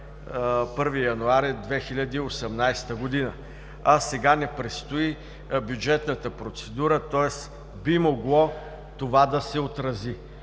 1 януари 2018 г. Сега ни предстои бюджетната процедура, тоест би могло това да се отрази.